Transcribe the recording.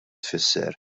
tfisser